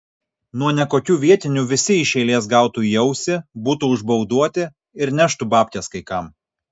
nuo nekokių vietinių visi iš eilės gautų į ausį būtų užbauduoti ir neštų babkes kai kam